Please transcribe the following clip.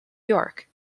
york